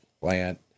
plant